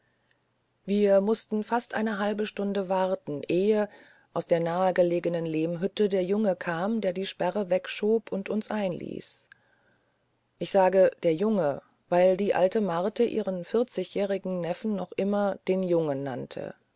wir mußten fast eine halbe stunde warten ehe aus der nah gelegenen lehmhütte der junge kam der die sperre wegschob und uns einließ ich sage der junge weil die alte marthe ihren vierzigjährigen neffen noch immer den jungen nannte